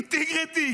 אינטגריטי.